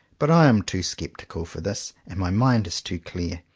but i am too sceptical for this, and my mind is too clear.